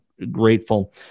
grateful